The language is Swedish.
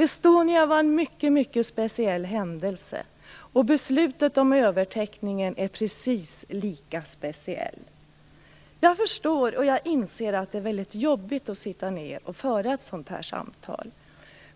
Estonias förlisning var en mycket mycket speciell händelse, och beslutet om övertäckningen är precis lika speciell. Jag förstår och jag inser att det är väldigt jobbigt att sitta ner och föra ett sådant här samtal,